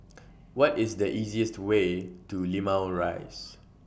What IS The easiest Way to Limau Rise